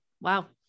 Wow